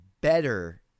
better